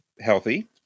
healthy